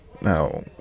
Now